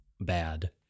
bad